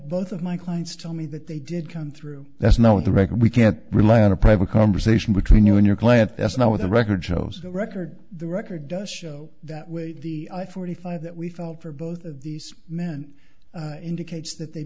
both of my clients tell me that they did come through that's now with the record we can't rely on a private conversation between you and your client that's not what the record shows the record the record does show that way the i forty five that we felt for both of these men indicates that they